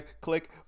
Click